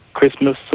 Christmas